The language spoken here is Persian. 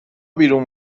بیرون